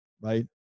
right